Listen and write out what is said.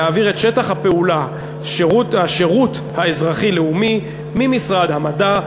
להעביר את שטח הפעולה "השירות האזרחי-לאומי" ממשרד המדע,